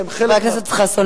חבר הכנסת חסון,